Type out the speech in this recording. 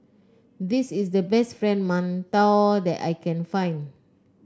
this is the best Fried Mantou that I can find